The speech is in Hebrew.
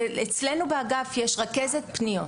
אצלנו באגף יש רכזת פניות.